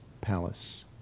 Palace